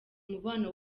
mubano